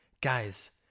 Guys